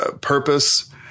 purpose